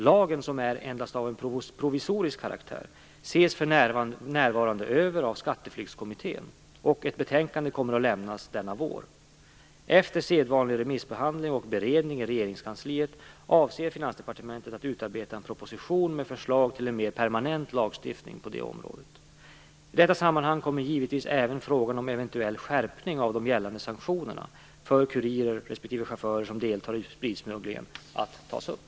Lagen, som endast är av provisorisk karaktär, ses för närvarande över av Skatteflyktskommittén, och ett betänkande kommer att lämnas i vår. Efter sedvanlig remissbehandling och beredning i Regeringskansliet avser Finansdepartementet att utarbeta en proposition med förslag till en mer permanent lagstiftning på området. I detta sammanhang kommer givetvis även frågan om en eventuell skärpning av de gällande sanktionerna för de kurirer respektive chaufförer som deltar i spritsmuggling att tas upp.